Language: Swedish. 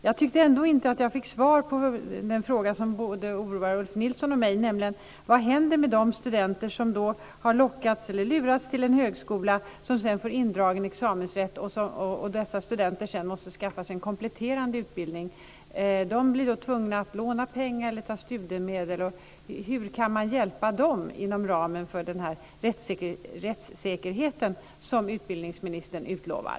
Jag tyckte ändå inte att jag fick svar på den fråga som oroar både Ulf Nilsson och mig, nämligen vad som händer med de studenter som har lockats, eller lurats, till en högskola som sedan får indragen examensrätt. Dessa studenter måste sedan skaffa sig en kompletterande utbildning. De blir då tvungna att låna pengar eller ta studiemedel. Hur kan man hjälpa dem inom ramen för rättssäkerheten som utbildningsministern utlovar?